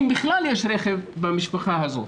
אם בכלל יש רכב במשפחה הזו.